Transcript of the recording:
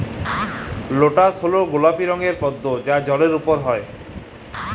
lotus গলাপি রঙের পদ্দ জালের উপরে হ্যয়